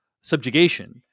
subjugation